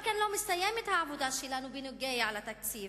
אבל כאן לא מסתיימת העבודה שלנו בנוגע לתקציב.